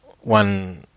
one